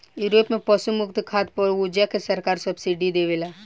Europe में पशु मुक्त खाद पर ओजा के सरकार सब्सिडी देवेले